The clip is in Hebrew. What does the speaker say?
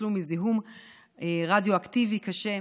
ניצלו מזיהום רדיואקטיבי קשה.